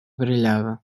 brilhava